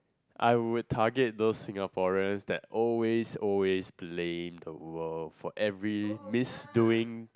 I would target those Singaporeans that always always plain the wood for every misdoing